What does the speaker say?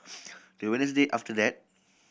the Wednesday after that